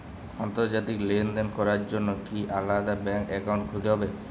আন্তর্জাতিক লেনদেন করার জন্য কি আলাদা ব্যাংক অ্যাকাউন্ট খুলতে হবে?